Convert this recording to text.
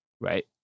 right